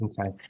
Okay